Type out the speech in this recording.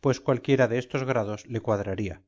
pues cualquiera de estos grados le cuadraría